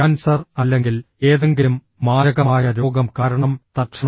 cancer അല്ലെങ്കിൽ ഏതെങ്കിലും മാരകമായ രോഗം കാരണം തൽക്ഷണം